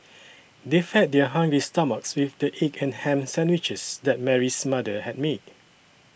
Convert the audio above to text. they fed their hungry stomachs with the egg and ham sandwiches that Mary's mother had made